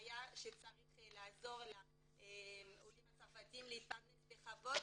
הבעיה שצריך לעזור לעולים הצרפתים להתפרנס בכבוד.